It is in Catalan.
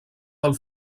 del